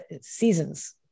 seasons